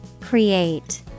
Create